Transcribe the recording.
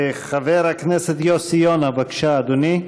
חבר הכנסת יוסי יונה, בבקשה, אדוני.